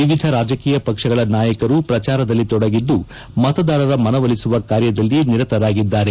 ವಿವಿಧ ರಾಜಕೀಯ ಪಕ್ಷಗಳ ನಾಯಕರು ಪ್ರಚಾರದಲ್ಲಿ ತೊಡಗಿದ್ದು ಮತದಾರರ ಮನವೊಲಿಸುವ ಕಾರ್ಯದಲ್ಲಿ ನಿರತರಾಗಿದ್ದಾರೆ